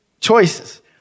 Choices